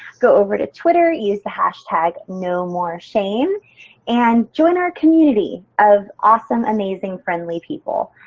go over to twitter, use the hash tag nomoreshame and join our community of awesome, amazing, friendly people.